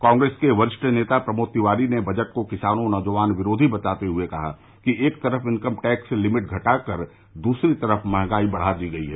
कांग्रेस के वरिष्ठ नेता प्रमोद तिवारी ने बजट को किसान नौजवान विरोधी बताते हुए कहा है कि एक तरफ इनकम टैक्स लिमिट घटा कर दूसरी तरफ महंगाई बढ़ा दी है